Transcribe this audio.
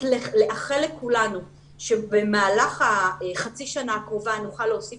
לאחל לכולנו שבמהלך החצי שנה הקרובה נוכל להוסיף